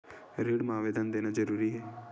ऋण मा आवेदन देना जरूरी हे?